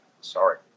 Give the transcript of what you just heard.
Sorry